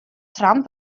trump